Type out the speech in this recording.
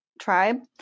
tribe